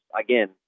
again